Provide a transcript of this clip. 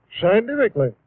scientifically